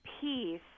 peace